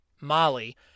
Molly